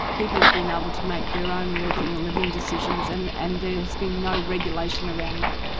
people have been able to make their own working and living decisions, and and there has been no regulation around that.